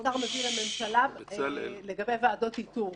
והשר מביא לממשלה לגבי ועדות איתור.